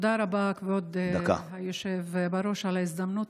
תודה רבה, כבוד היושב-ראש, על ההזדמנות.